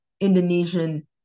Indonesian